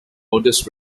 otis